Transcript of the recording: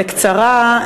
בקצרה,